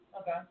Okay